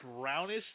brownish